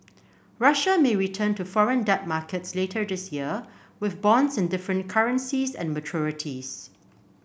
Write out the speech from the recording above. Russia may return to foreign debt markets later this year with bonds in different currencies and maturities